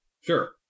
Sure